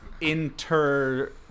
inter